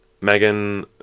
Megan